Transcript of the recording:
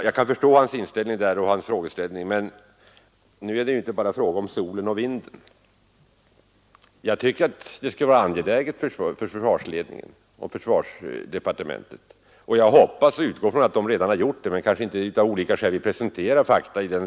Jag kan förstå hans inställning, men det är ju inte bara fråga om solen och vinden. Jag tycker att det borde vara angeläget för försvarsledningen och försvarsdepartementet att studera detta med kraftvärmeverken. Jag utgår från att de redan har gjort det men av olika skäl inte vill presentera fakta i dag.